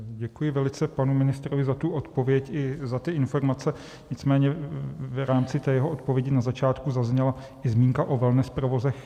Děkuji velice panu ministrovi za odpověď i za informace, nicméně v rámci jeho odpovědi na začátku zazněla i zmínka o wellness provozech.